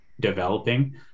developing